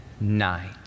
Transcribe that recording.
night